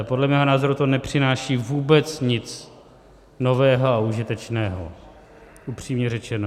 Podle mého názoru to nepřináší vůbec nic nového a užitečného, upřímně řečeno.